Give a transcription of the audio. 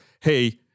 hey